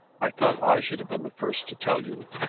i thought i should have been the first to tell you.